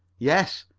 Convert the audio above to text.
yes,